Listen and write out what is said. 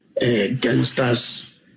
gangsters